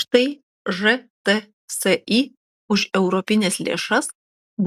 štai žtsi už europines lėšas